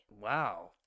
Wow